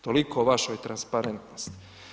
Toliko o vašoj transparentnosti.